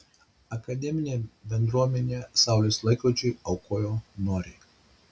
akademinė bendruomenė saulės laikrodžiui aukojo noriai